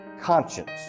conscience